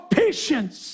patience